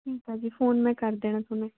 ਠੀਕ ਹੈ ਜੀ ਫ਼ੋਨ ਮੈਂ ਕਰ ਦੇਣਾ ਤੁਹਾਨੂੰ